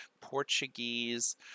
Portuguese